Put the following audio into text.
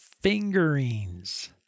fingerings